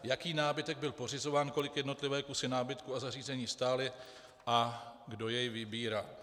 Jaký nábytek byl pořizován, kolik jednotlivé kusy nábytku a zařízení stály a kdo jej vybíral?